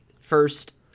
first